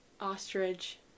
Ostrich